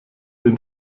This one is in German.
den